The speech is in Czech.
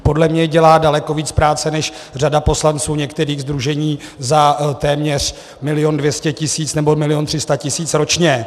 Podle mě dělá daleko víc práce než řada poslanců některých sdružení za téměř milion 200 tisíc nebo milion 300 tisíc ročně.